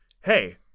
Hey